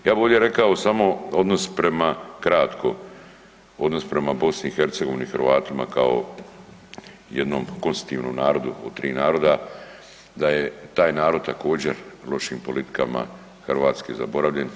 Ja bih ovdje rekao samo odnos prema kratko, odnos prema Bosni i Hercegovini, Hrvatima kao jednom konstitutivnom narodu od tri naroda, da je taj narod također lošim politikama Hrvatske zaboravljen.